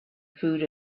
food